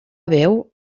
veu